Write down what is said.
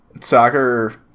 soccer